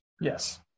Yes